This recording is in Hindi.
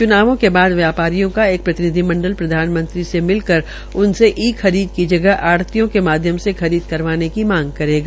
चुनावों के बाद व्यापारियों का एक प्रतिनिधि मंडल प्रधानमंत्री से मिलकर उनसे ई खरीद की जगह आढ़तियों के माध्यम से खरीद करवाने की मांग करेगा